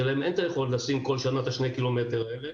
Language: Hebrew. שאין להן יכולת לשים בכל שנה את ה-2 ק"מ האלה,